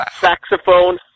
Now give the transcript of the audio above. saxophone